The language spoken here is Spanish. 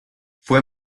fue